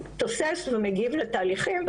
תוסס ומגיב לתהליכים,